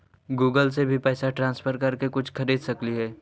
Google से भी पैसा ट्रांसफर कर के कुछ खरिद सकलिऐ हे?